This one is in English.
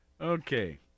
Okay